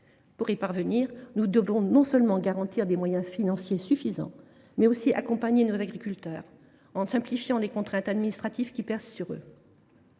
Pour y parvenir, nous devons non seulement garantir l’octroi de moyens financiers suffisants, mais aussi accompagner nos agriculteurs en allégeant les contraintes administratives qui pèsent sur eux.